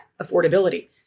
affordability